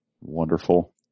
wonderful